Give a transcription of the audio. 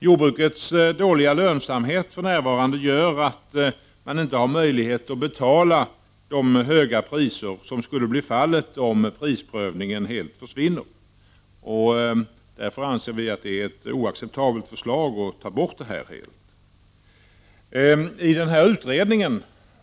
Jordbrukets dåliga lönsamhet för närvarande gör att det inte har möjlighet att betala de höga priser som skulle bli fallet om prisprövningen helt försvinner. Därför anser vi att det är ett oacceptabelt förslag att ta bort den helt.